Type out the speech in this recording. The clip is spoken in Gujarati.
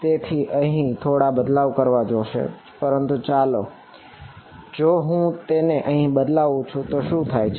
તેથી અહીં હું થોડા બદલાવ કરવા જોશે પરંતુ ચાલો જોઈએ કે જો હું તેને અહીં બદલાવું છું તો શું થાય છે